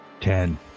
Ten